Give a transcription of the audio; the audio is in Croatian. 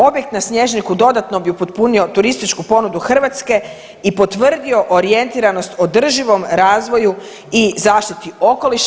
Objekt na Snježniku dodatno bi upotpunio turističku ponudu Hrvatske i potvrdio orijentiranost održivom razvoju i zaštiti okoliša.